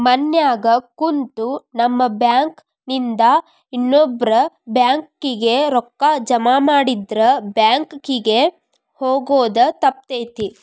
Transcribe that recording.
ಮನ್ಯಾಗ ಕುಂತು ನಮ್ ಬ್ಯಾಂಕ್ ನಿಂದಾ ಇನ್ನೊಬ್ಬ್ರ ಬ್ಯಾಂಕ್ ಕಿಗೆ ರೂಕ್ಕಾ ಜಮಾಮಾಡಿದ್ರ ಬ್ಯಾಂಕ್ ಕಿಗೆ ಹೊಗೊದ್ ತಪ್ತೆತಿ